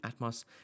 Atmos